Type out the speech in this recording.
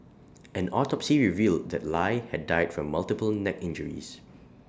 an autopsy revealed that lie had died from multiple neck injuries